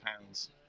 pounds